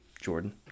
Jordan